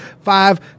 five